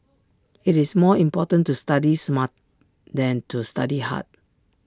IT is more important to study smart than to study hard